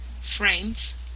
friends